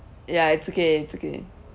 ya it's okay it's okay